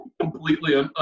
completely